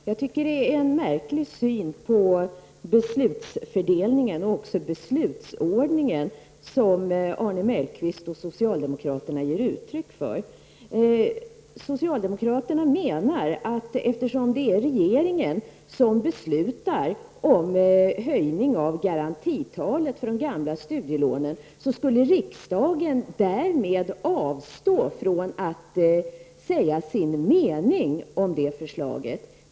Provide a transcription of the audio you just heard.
Herr talman! Det är en märklig syn på beslutsfördelningen och beslutsordningen som Arne Mellqvist och socialdemokraterna ger uttryck för. Socialdemokraterna menar, att eftersom det är regeringen som beslutar om höjning av garantitalet för de gamla studielånen skulle riksdagen därmed avstå från att säga sin mening om det förslaget.